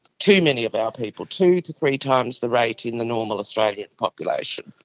too many of our people, two to three times the rate in the normal australian population.